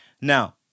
now